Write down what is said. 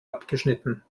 abgeschnitten